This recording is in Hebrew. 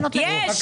יש, יש.